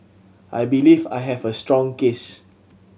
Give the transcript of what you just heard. I believe I have a strong case